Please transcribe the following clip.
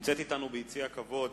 נמצאת אתנו ביציע הכבוד